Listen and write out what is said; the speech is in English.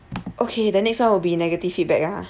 okay then next one will be negative feedback ah